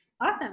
Awesome